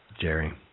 Jerry